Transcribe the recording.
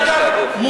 אגב,